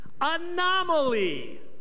Anomaly